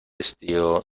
estío